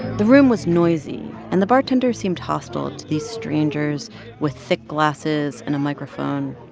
the room was noisy, and the bartender seemed hostile to these strangers with thick glasses and a microphone.